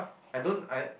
I don't I